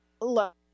look